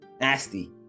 Nasty